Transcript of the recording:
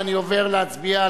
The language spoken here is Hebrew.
ואני עובר להצביע,